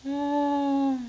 ah